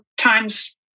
times